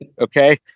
okay